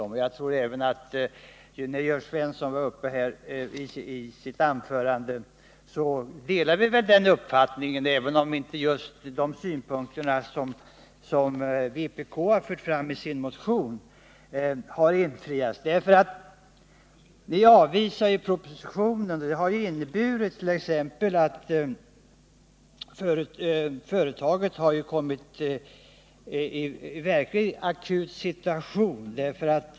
Jag tror att också Jörn Svensson delar den uppfattningen, även om han i sitt anförande inte delgav oss annat än att just de synpunkter som vpk har fört fram i sin motion inte har tillmötesgåtts. Hans parti har ju avvisat propositionen. Uddcomb har råkat in i en verkligt allvarlig akut situation.